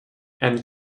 and